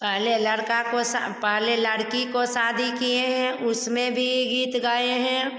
पहले लड़का को पहले लड़की को शादी किए हैं उसमें भी गीत गाए हैं